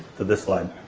to this line.